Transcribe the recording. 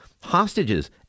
hostages